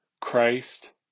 Christ